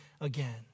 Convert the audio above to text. again